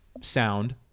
sound